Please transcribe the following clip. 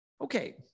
Okay